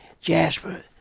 Jasper